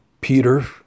Peter